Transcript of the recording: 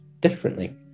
differently